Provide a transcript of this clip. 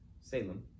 Salem